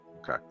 Okay